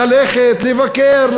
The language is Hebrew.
ללכת לבקר,